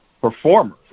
performers